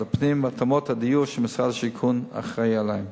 הפנים והתאמות הדיור שמשרד השיכון אחראי עליהן.